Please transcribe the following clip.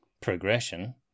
progression